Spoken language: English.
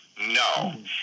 No